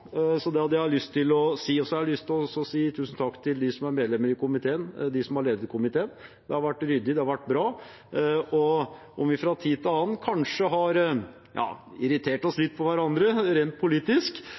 Det hadde jeg lyst til å si. Og så har jeg lyst til å si tusen takk til dem som er medlemmer i komiteen, de som har ledet komiteen. Det har vært ryddig, det har vært bra. Om vi fra tid til annen kanskje har